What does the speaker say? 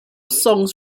songs